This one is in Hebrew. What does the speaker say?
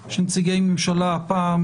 בפני העוזרים והעוזרות,